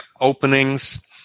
openings